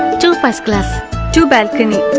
two first class two balcony